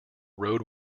road